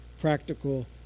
practical